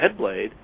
HeadBlade